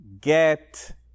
get